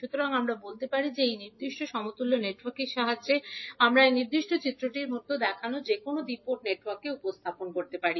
সুতরাং আমরা বলতে পারি যে এই নির্দিষ্ট সমতুল্য নেটওয়ার্কের সাহায্যে আমরা এই নির্দিষ্ট চিত্রের মতো দেখানো যেকোন দ্বি পোর্ট নেটওয়ার্ককে উপস্থাপন করতে পারি